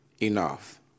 enough